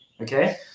okay